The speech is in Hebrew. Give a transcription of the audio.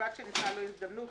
ובלבד שניתנה לו הזדמנות...".